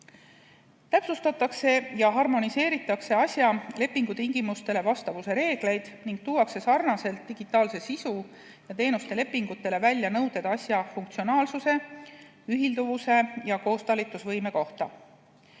Täpsustatakse ja harmoniseeritakse asja lepingutingimustele vastavuse reegleid ning tuuakse sarnaselt digitaalse sisu ja teenuste lepingutega välja nõuded asja funktsionaalsuse, ühilduvuse ja koostalitusvõime kohta.